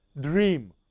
dream